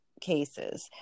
cases